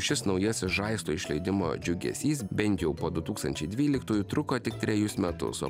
šis naujasis žaislo išleidimo džiugesys bent jau po du tūkstančiai dvyliktųjų truko tik trejus metus o